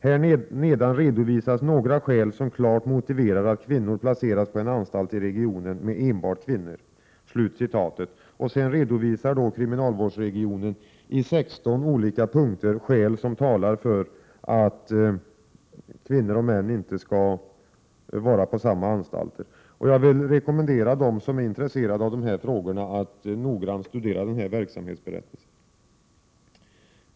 Här nedan redovisas några skäl som klart motiverar att kvinnor placeras på en anstalt i regionen med enbart kvinnor.” Sedan redovisar kriminalvårdsregionen i 16 olika punkter skäl som talar för att kvinnor och män inte skall vara på samma anstalter. Jag vill rekommendera alla som är intresserade att noggrant studera denna verksamhetsberättelse.